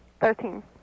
Thirteen